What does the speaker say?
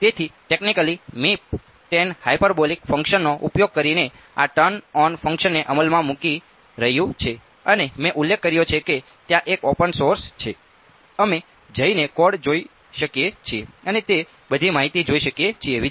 તેથી ટેક્નિકલી મીપ tan hyperbolic ફંક્શનનો ઉપયોગ કરીને આ ટર્ન ઓન ફંક્શનને અમલમાં મૂકી રહ્યું છે અને મેં ઉલ્લેખ કર્યો છે કે ત્યાં એક ઓપન સોર્સ છે અમે જઈને કોડ જોઈ શકીએ છીએ અને તે બધી માહિતી જોઈ શકીએ છીએ